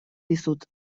dizut